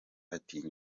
ati